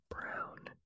brown